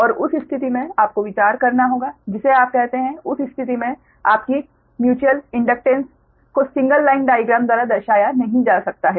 और उस स्थिति में आपको विचार करना होगा जिसे आप कहते हैं उस स्थिति में आपकी म्यूचुअल इंडक्टेंस को सिंगल लाइन डाइग्राम द्वारा दर्शाया नहीं जा सकता है